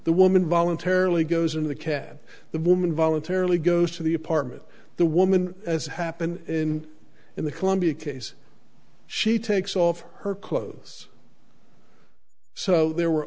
the woman voluntarily goes in the cab the woman voluntarily goes to the apartment the woman as happened in in the columbia case she takes off her clothes so there were